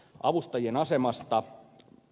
avustajien asemasta